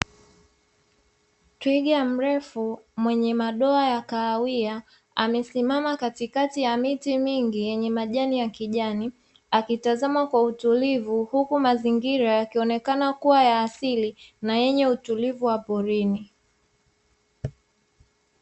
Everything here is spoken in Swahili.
Twiga mrefu mwenye madoa ya kahawia amesimama katikati ya miti mingi yenye majani ya kijani, akitazama kwa utulivu huku mazingira yakionekana kuwa ya asili na yenye utulivu wa porini.